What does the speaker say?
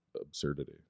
absurdity